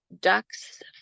ducks